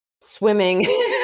swimming